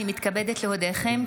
אני מתכבדת להודיעכם,